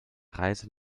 reise